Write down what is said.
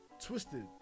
Twisted